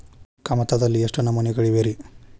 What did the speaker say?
ಕಮತದಲ್ಲಿ ಎಷ್ಟು ನಮೂನೆಗಳಿವೆ ರಿ?